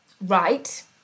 Right